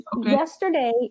Yesterday